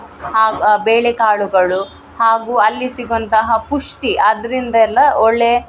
ಹಾಗೂ ಆ ಬೇಳೆಕಾಳುಗಳು ಹಾಗೂ ಅಲ್ಲಿ ಸಿಗುವಂತಹ ಪುಷ್ಟಿ ಅದರಿಂದೆಲ್ಲ ಒಳ್ಳೆಯ